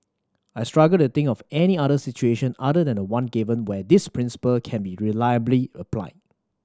I struggle to think of any other situation other than the one given where this principle can be reliably applied